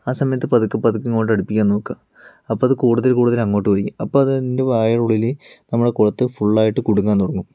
ആ സമയത്ത് പതുക്കെ പതുക്കെ ഇങ്ങോട്ട് അടുപ്പിക്കാൻ നോക്കുക അപ്പോൾ അത് കൂടുതൽ കൂടുതൽ അങ്ങോട്ട് വലിക്കും അപ്പോൾ അതിൻറെ വായയുടെ ഉള്ളിലെ നമ്മുടെ കൊളുത്ത് ഫുൾ ആയിട്ട് കുടുങ്ങാൻ തുടങ്ങും